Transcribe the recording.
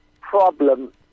problem